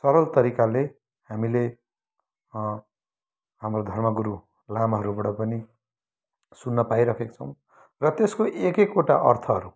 सरल तरिकाले हामीले हाम्रो धर्मगुरु लामाहरूबाट पनि सुन्न पाइरहेका छौँ र त्यसको एक एकवटा अर्थहरू